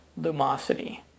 Lumosity